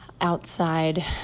outside